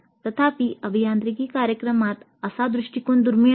तथापि अभियांत्रिकी कार्यक्रमात असा दृष्टिकोन दुर्मिळ आहे